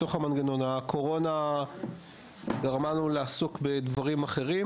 הקורונה גרמה לנו לעסוק בדברים אחרים,